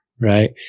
right